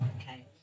Okay